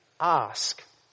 Ask